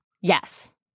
Yes